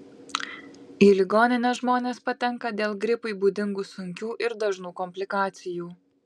į ligoninę žmonės patenka dėl gripui būdingų sunkių ir dažnų komplikacijų